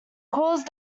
cause